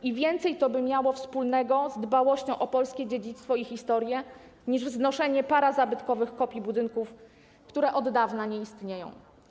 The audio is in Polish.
I więcej to by miało wspólnego z dbałością o polskie dziedzictwo i historię niż wznoszenie parazabytkowych kopii budynków, które od dawna nie istnieją.